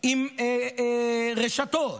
עם רשתות,